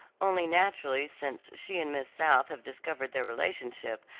only naturally since she and miss south have discovered their relationship,